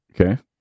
Okay